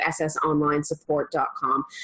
ssonlinesupport.com